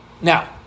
Now